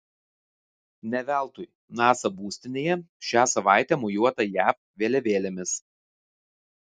ne veltui nasa būstinėje šią savaitę mojuota jav vėliavėlėmis